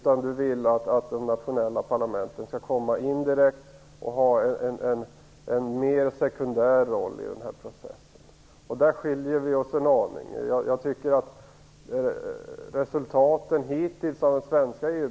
Han vill att de nationella parlamenten skall komma in indirekt och ha en mer sekundär roll i processen. Här skiljer vi oss en aning.